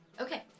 Okay